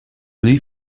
pli